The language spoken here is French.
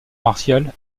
martiale